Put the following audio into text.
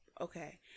okay